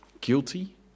guilty